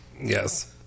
Yes